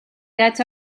get